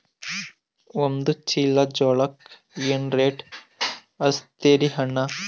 ಒಂದ ಚೀಲಾ ಜೋಳಕ್ಕ ಏನ ರೇಟ್ ಹಚ್ಚತೀರಿ ಅಣ್ಣಾ?